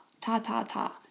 ta-ta-ta